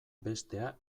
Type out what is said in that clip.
bestea